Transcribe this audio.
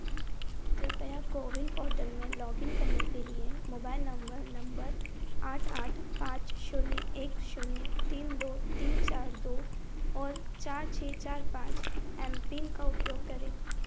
कृपया कोविन पोर्टल में log in करने के लिए मोबाइल नंबर नंबर आठ आठ पाँच शून्य एक शून्य तीन दो तीन चार दो और चार छः चार पाँच एम पिन का उपयोग करें